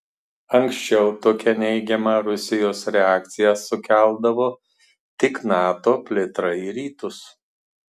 anksčiau tokią neigiamą rusijos reakciją sukeldavo tik nato plėtra į rytus